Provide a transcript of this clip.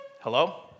Hello